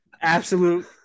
Absolute